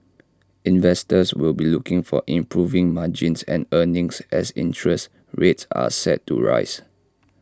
investors will be looking for improving margins and earnings as interest rates are set to rise